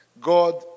God